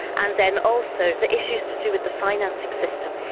and then also the issues to do with the financing system.